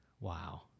wow